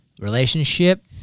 Relationship